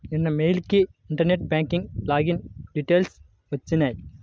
నిన్న మెయిల్ కి internet bank login details వచ్చినియ్యి